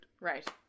Right